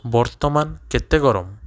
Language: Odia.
ବର୍ତ୍ତମାନ କେତେ ଗରମ